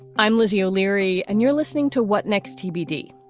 i'm lizzie o'leary, and you're listening to what next tbd.